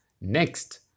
next